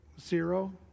Zero